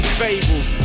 fables